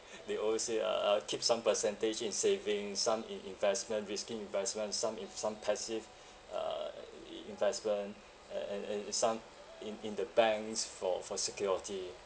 they always say err keep some percentage in savings some in investment risky investment some in some passive uh i~ investment and and and in some in in the banks for for security